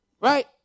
Right